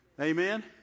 Amen